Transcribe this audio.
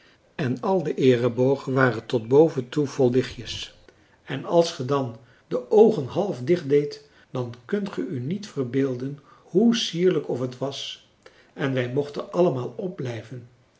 en al de eerebogen waren tot boven toe vol lichtjes en als ge dan de oogen half dicht deedt dan kunt ge u niet verbeelden hoe sierlijk of het was en wij mochten allemaal opblijven